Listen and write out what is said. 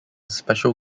special